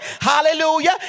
Hallelujah